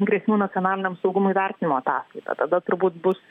grėsmių nacionaliniam saugumui vertinimo ataskaita tada turbūt bus